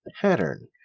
pattern